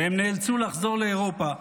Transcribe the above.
והם נאלצו לחזור לאירופה.